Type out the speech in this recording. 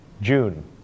June